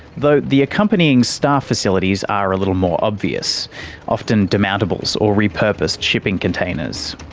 though the accompanying staff facilities are a little more obvious often demountables or repurposed shipping containers.